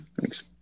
thanks